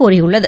கூறியுள்ளது